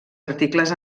articles